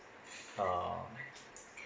oo